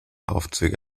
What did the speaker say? aufzüge